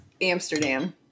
Amsterdam